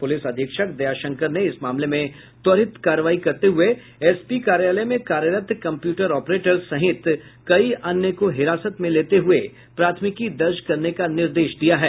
police अधीक्षक दयाशंकर ने इस मामले में त्वरित कार्रवाई करते हुए एस पी कार्यालय में कार्यरत कंप्यूटर ऑपरेटर सहित कई अन्य को हिरासत में लेते हुए प्राथमिकी दर्ज करने का निर्देश दिया है